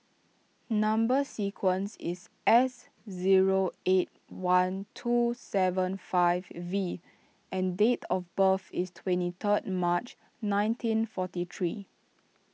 Number Sequence is S zero eight one two seven five V and date of birth is twenty third March nineteen forty three